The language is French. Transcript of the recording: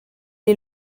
est